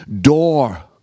door